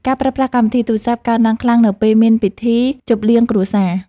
ការប្រើប្រាស់កម្មវិធីទូរសព្ទ កើនឡើងខ្លាំងនៅពេលមានពិធីជប់លៀងគ្រួសារ។